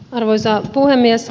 arvoisa puhemies